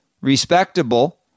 respectable